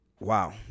Wow